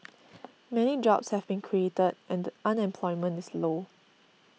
many jobs have been created and unemployment is low